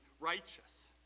righteous